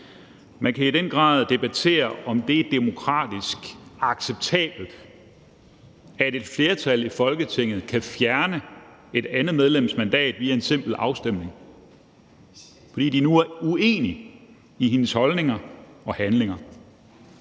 Man kan i den grad debattere, om det er demokratisk acceptabelt, at et flertal i Folketinget kan fjerne et andet medlems mandat via en simpel afstemning, fordi man nu er uenig i hendes holdninger og handlinger,